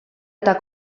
eta